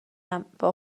ام، با